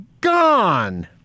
gone